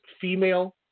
female